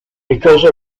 because